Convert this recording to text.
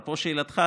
אפרופו שאלתך,